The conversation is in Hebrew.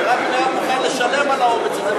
ורבין היה מוכן לשלם על האומץ הזה,